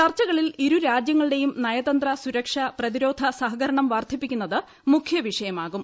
ചർച്ചകളിൽ ഇരുരാജ്യങ്ങളുടെയും നെയതന്ത്ര സുരക്ഷ പ്രതിരോധ സഹകരണം വർദ്ധിപ്പിക്കുന്നുത് മുഖ്യ വിഷയമാകും